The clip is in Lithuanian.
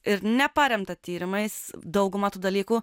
ir neparemta tyrimais dauguma tų dalykų